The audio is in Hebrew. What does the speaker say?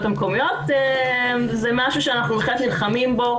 המקומיות וזה משהו שאנחנו בהחלט נלחמים בו.